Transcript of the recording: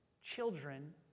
children